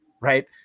right